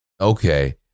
Okay